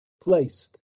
placed